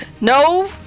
No